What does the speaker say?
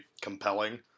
compelling